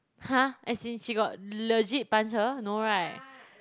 !huh! as in she got legit punch her no right